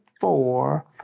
four